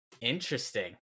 Interesting